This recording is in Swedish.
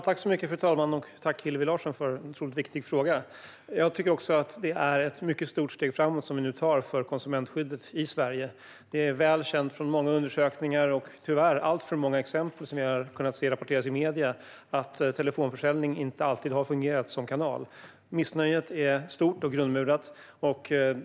Fru talman! Tack, Hillevi Larsson, för en otroligt viktig fråga! Även jag tycker att vi tar ett mycket stort steg framåt för konsumentskyddet i Sverige. Från många undersökningar och tyvärr alltför många exempel som har rapporterats om i medierna är det väl känt att telefonförsäljning inte alltid har fungerat som kanal. Missnöjet är stort och grundmurat.